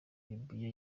libiya